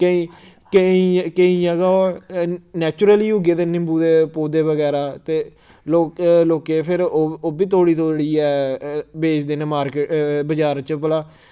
केईं केईं केईं जगह् नैचुरली उग्गे दे निम्बू दे पौधे बगैरा ते लोक लोकें फिर ओ ओह् बी तोड़ी तोड़ियै बेचदे न मार्किट बजार च भला